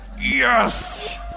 Yes